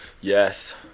Yes